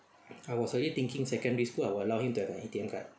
I was actually thinking secondary school I will allow him to have an A_T_M card